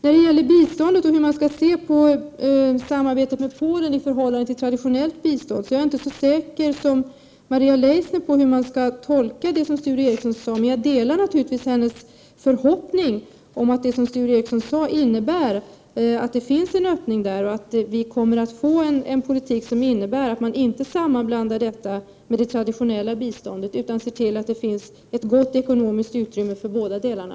I fråga hur vi skall se på samarbetet med Polen i förhållande till traditio 9” nellt bistånd är jag inte lika säker som Maria Leissner på hur det som Sture Ericson sade skall tolkas. Men jag delar naturligtvis hennes förhoppning om att det som Sture Ericson sade innebär att det finns en öppning och att Sverige kommer att föra en politik, där man inte blandar samman samarbetet med Polen med det traditionella biståndet, utan ser till att det finns ett gott ekonomiskt utrymme för båda delarna.